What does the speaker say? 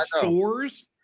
stores